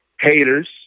haters